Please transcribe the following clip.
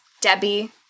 Debbie